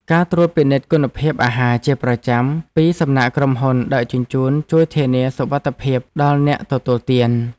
ការត្រួតពិនិត្យគុណភាពអាហារជាប្រចាំពីសំណាក់ក្រុមហ៊ុនដឹកជញ្ជូនជួយធានាសុវត្ថិភាពដល់អ្នកទទួលទាន។